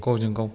गावजों गाव